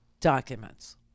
documents